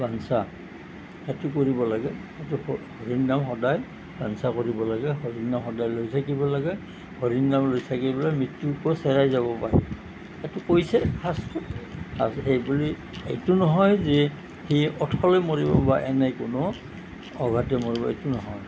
বাঞ্ছা সেইটো পঢ়িব লাগে সেইটো হৰিৰ নাম সদায় বাঞ্ছা কৰিব লাগে হৰিৰ নাম সদায় লৈ থাকিব লাগে হৰিৰ নাম লৈ থাকিলে মৃত্যুকো চেৰাই যাব পাৰি এইটো কৈছে শাস্ত্ৰত তাৰপাছত সেইবুলি এইটো নহয় যে সি অথলে মৰিব বা এনে কোনো অবাটে মৰিব এইটো নহয়